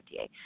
FDA